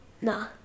no